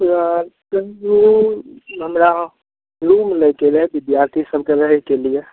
हमरा रूम लएके रहय विद्यार्थी सबके रहयके लिये